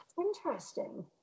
interesting